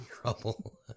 trouble